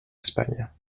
espagne